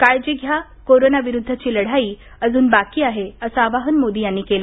काळजी घ्या कोरोना विरुद्धची लढाई अजून बाकी आहे असं आवाहन मोदी यांनी केलं